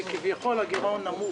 שכביכול הגירעון נמוך.